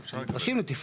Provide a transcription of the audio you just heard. אז נדרשים לתפעול.